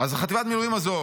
אז חטיבת המילואים הזאת